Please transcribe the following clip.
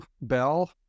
Bell